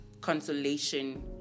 consolation